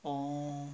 oo